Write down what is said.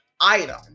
item